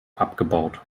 abgebaut